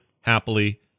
happily